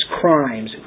crimes